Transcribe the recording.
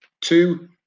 Two